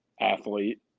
athlete